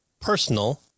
personal